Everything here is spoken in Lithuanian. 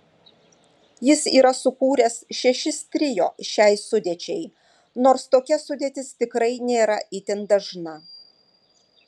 jis yra sukūręs šešis trio šiai sudėčiai nors tokia sudėtis tikrai nėra itin dažna